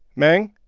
meng?